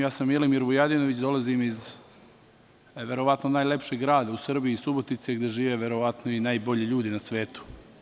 Ja sam Milimir Vujadinović, dolazim iz verovatno najlepšeg grada u Srbiji, Subotice, gde žive verovatno i najbolji ljudi na svetu.